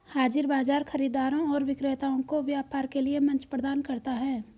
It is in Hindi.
हाज़िर बाजार खरीदारों और विक्रेताओं को व्यापार के लिए मंच प्रदान करता है